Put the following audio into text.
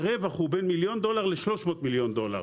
הרווח הוא בין מיליון דולר ל-300 מיליון דולר.